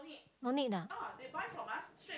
no need ah